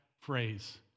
phrase